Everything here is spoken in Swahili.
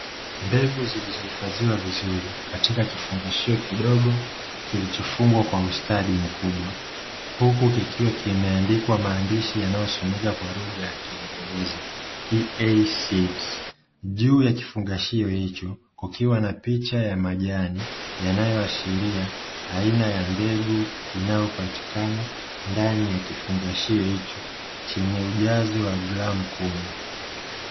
Mbegu zilizohifadhiwa vizuri katika kifungashio kidogo kilichofungwa kwa ustadi mkubwa, huku kikiwa kimeandikwa maandishi yanayosomea kwa lugha ya kiingereza "easeeds". Juu ya kifungashio hicho kukiwa na picha ya majani yanayoashiria, aina ya mbegu inayopatikana ndani ya kifungashio hicho, chenye ujazo wa gramu kumi.